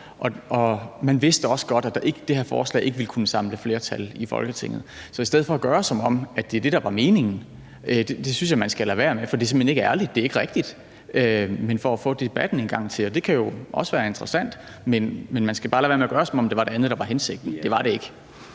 og man vidste også godt, at det her forslag ikke ville kunne samle et flertal i Folketinget. Så at gøre, som om det var det, der var meningen, synes jeg man skal lade være med, for det er simpelt hen ikke ærligt, det er ikke rigtigt. Hvis det var for at få debatten en gang til, kan det jo også være interessant, men man skal bare lade være med at gøre, som om det var det andet, der var hensigten. Det var det ikke.